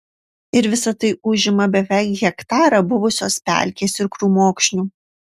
ir visa tai užima beveik hektarą buvusios pelkės ir krūmokšnių